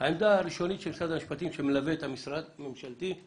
והעמדה הראשונית של משרד המשפטים שמלווה את המשרד הממשלתי היא